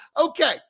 okay